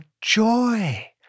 joy